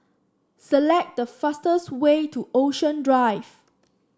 select the fastest way to Ocean Drive